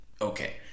Okay